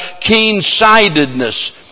keen-sightedness